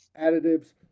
additives